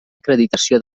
acreditació